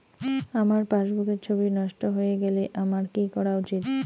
আমার পাসবুকের ছবি নষ্ট হয়ে গেলে আমার কী করা উচিৎ?